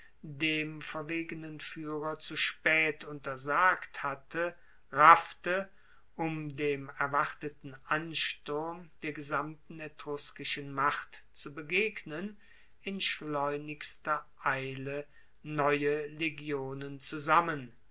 dem verwegenen fuehrer zu spaet untersagt hatte raffte um dem erwarteten ansturm der gesamten etruskischen macht zu begegnen in schleunigster eile neue legionen zusammen